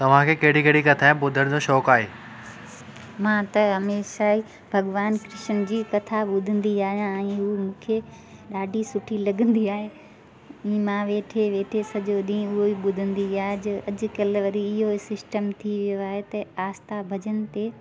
तवांखे केड़ी केड़ी कथाए ॿुधण जो शौक़ु आहे मां त हमेशह ई भॻिवान कृष्ण जी कथा ॿुधंदी आहियां ऐं उहा मूंखे ॾाढी सुठी लॻंदी आहे मां वेठे वेठे सजो ॾींहुं उहो ई ॿुधंदी आहियां जो अॼुकल्ह वरी इहो ई सिस्टम थी वियो आहे त आस्था भॼन ते